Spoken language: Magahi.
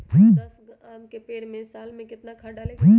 दस आम के पेड़ में साल में केतना खाद्य डाले के होई?